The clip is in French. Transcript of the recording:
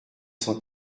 cent